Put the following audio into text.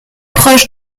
proche